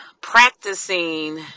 practicing